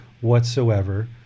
whatsoever